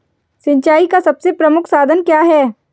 सिंचाई का सबसे प्रमुख साधन क्या है?